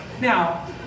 Now